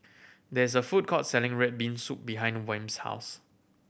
there is a food court selling red bean soup behind Wm's house